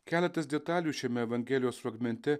keletas detalių šiame evangelijos fragmente